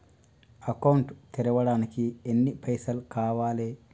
Account తెరవడానికి ఎన్ని పైసల్ కావాలే?